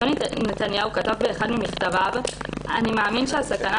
יוני נתניהו כתב באחד ממכתביו: "אני מאמין שהסכנה